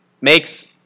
makes